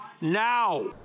now